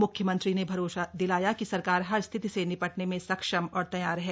म्ख्यमंत्री ने भरोसा दिलाया कि सरकार हर स्थिति से निपटने में सक्षम और तैयार है